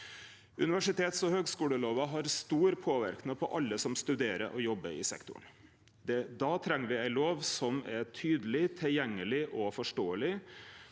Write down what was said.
Universitets- og høgskulelova har stor påverknad på alle som studerer og jobbar i sektoren. Då treng me ei lov som er tydeleg, tilgjengeleg og forståeleg.